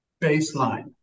baseline